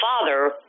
father